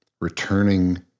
returning